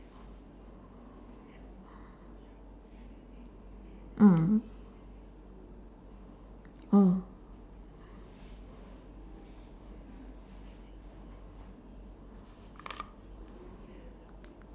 mm mm